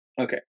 Okay